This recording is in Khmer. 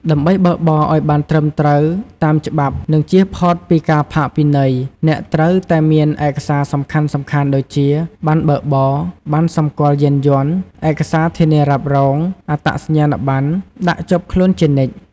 ដើម្បីបើកបរអោយបានត្រឹមត្រូវតាមច្បាប់ និងជៀសផុតពីការផាកពិន័យ អ្នកត្រូវតែមានឯកសារសំខាន់ៗដូចជា ប័ណ្ណបើកបរ ប័ណ្ណសម្គាល់យានយន្ត ឯកសារធានារ៉ាប់រង អត្តសញ្ញាណប័ណ្ណ ដាក់ជាប់ខ្លួនជានិច្ច។